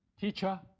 Teacher